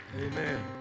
Amen